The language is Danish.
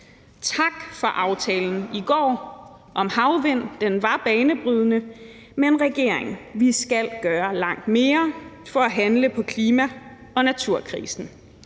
Tak for aftalen i går om havvind. Den var banebrydende, men kære regering, vi skal gøre langt mere for at handle på klima- og naturkrisen.